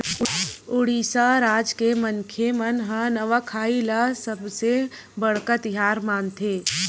उड़ीसा राज के मनखे मन ह नवाखाई ल सबले बड़का तिहार मानथे